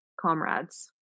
comrades